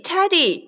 ,Teddy